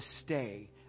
stay